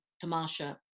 Tamasha